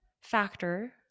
factor